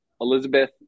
Elizabeth